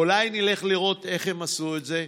אולי נלך לראות איך הן עשו את זה?